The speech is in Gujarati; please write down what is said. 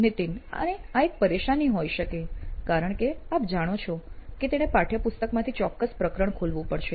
નીતિન અને આ એક પરેશાની હોઈ શકે છે કારણ કે આપ જાણો છે કે તેણે પાઠ્યપુસ્તક્માંથી ચોક્કસ પ્રકરણ ખોલવું પડશે